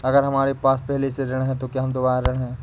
अगर हमारे पास पहले से ऋण है तो क्या हम दोबारा ऋण हैं?